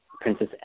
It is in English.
Princess